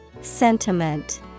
Sentiment